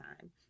time